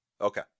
Okay